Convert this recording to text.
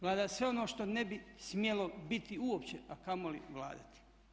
Vlada sve ono što ne bi smjelo biti uopće, a kamoli vladati.